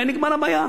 היתה נגמרת הבעיה.